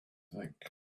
think